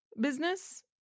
business